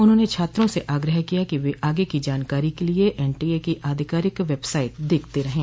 उन्होंने छात्रों से आग्रह किया कि वे आगे की जानकारी के लिए एनटीए की आधिकारिक वेबसाइट देखते रहें